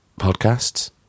podcasts